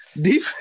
deep